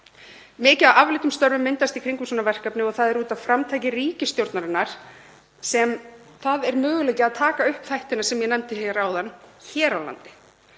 Mikið af afleiddum störfum myndast í kringum svona verkefni og það er út af framtaki ríkisstjórnarinnar sem það er möguleiki að taka upp þættina sem ég nefndi áðan hér á landi.